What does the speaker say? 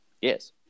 Yes